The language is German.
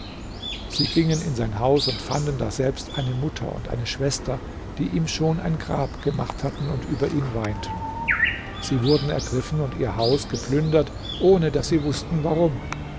sie gingen in sein haus und fanden daselbst eine mutter und eine schwester die ihm schon ein grab gemacht hatten und über ihn weinten sie wurden ergriffen und ihr haus geplündert ohne daß sie wußten warum